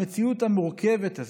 המציאות המורכבת הזאת,